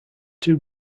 two